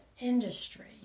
industry